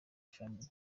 family